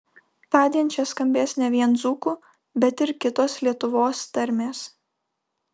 tądien čia skambės ne vien dzūkų bet ir kitos lietuvos tarmės